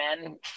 men